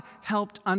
helped